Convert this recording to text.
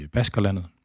Baskerlandet